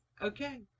okay